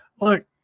Look